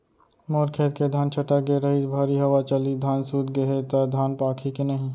मोर खेत के धान छटक गे रहीस, भारी हवा चलिस, धान सूत गे हे, त धान पाकही के नहीं?